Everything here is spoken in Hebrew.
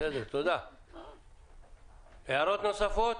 הערות נוספות?